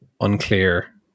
unclear